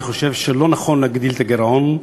אני חושב שלא נכון להגדיל את הגירעון,